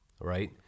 Right